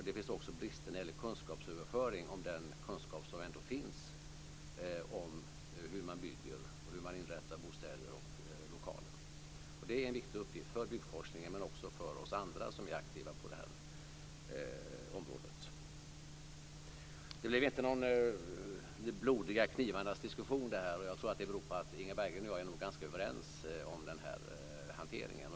Det finns också brister i kunskapsöverföringen av den kunskap som ändå finns om hur man bygger och inrättar bostäder och lokaler. Det är en viktig uppgift för byggforskningen, men också för oss andra som är aktiva på det här området. Det blev inte så att säga de blodiga knivarnas diskussion, det här, och jag tror att det beror på att Inga Berggren och jag nog är ganska överens om den här hanteringen.